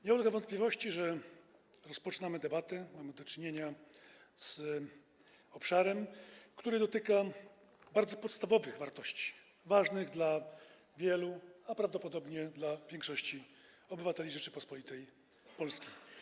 Nie ulega wątpliwości, że rozpoczynamy debatę, w której mamy do czynienia z obszarem, który dotyka bardzo podstawowych wartości, ważnych dla wielu, prawdopodobnie dla większości obywateli Rzeczypospolitej Polskiej.